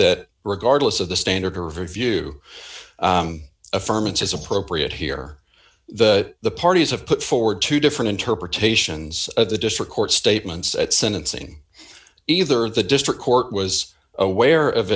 that regardless of the standard review affirm and is appropriate here that the parties have put forward two different interpretations of the district court statements at sentencing either the district court was aware of